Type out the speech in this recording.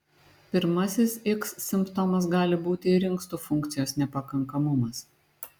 pirmasis iks simptomas gali būti ir inkstų funkcijos nepakankamumas